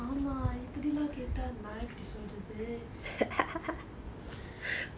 ஆமாம் இப்படி எல்லாம் கேட்டா நான் எப்படி சொல்றது:aamaam ippadi ellaam kaettaa naan eppadi solrathu